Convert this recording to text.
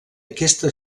aquesta